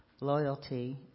Loyalty